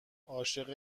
عاشق